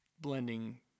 blending